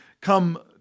come